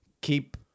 keep